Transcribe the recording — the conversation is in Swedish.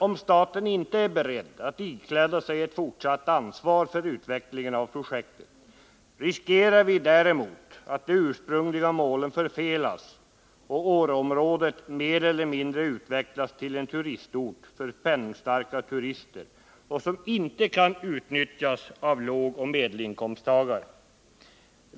Om staten inte är beredd att ikläda sig ett fortsatt ansvar för utvecklingen av projektet, riskerar vi däremot att de ursprungliga målen förfelas och Åreområdet mer eller mindre utvecklas till en turistort för penningstarka turister och inte kan utnyttjas av lågoch medelinkomsttagare.